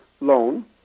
loan